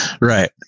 right